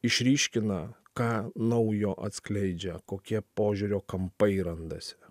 išryškina ką naujo atskleidžia kokie požiūrio kampai randasi